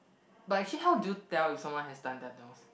but actually how do you tell if someone has done their nose